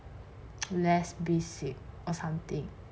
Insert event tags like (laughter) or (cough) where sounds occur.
(noise) less basic or something